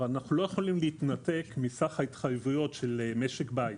אבל אנחנו לא יכולים להתנתק מסך ההתחייבויות של משק בית.